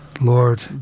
Lord